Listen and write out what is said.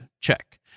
check